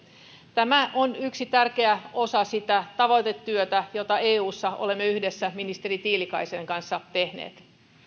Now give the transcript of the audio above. tämä on yksi tärkeä osa sitä tavoitetyötä jota eussa olemme yhdessä ministeri tiilikaisen kanssa tehneet